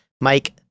Mike